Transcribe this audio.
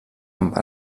amb